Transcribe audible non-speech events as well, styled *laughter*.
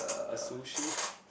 like sushi *breath*